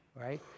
right